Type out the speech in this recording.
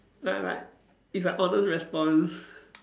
like like it's like honest response